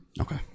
okay